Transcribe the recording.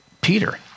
Peter